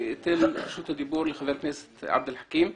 אני אתן את רשות הדיבור לחבר הכנסת עבד אל חכים חאג'